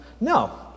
No